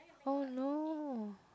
oh no